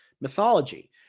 mythology